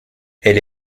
elle